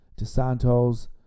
DeSantos